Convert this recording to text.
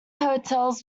hotels